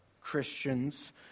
Christians